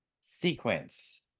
sequence